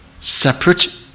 separate